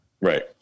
Right